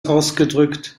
ausgedrückt